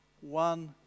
one